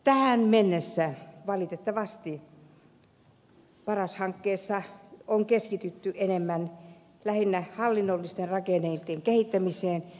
tähän mennessä valitettavasti paras hankkeessa on keskitytty enemmän lähinnä hallinnollisten rakenteiden kehittämiseen